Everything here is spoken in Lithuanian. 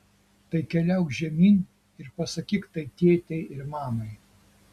tai keliauk žemyn ir pasakyk tai tėtei ir mamai